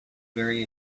very